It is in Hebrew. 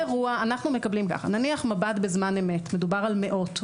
בכל אירוע נניח מבט בזמן אמת, מדובר על מאות.